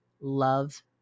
love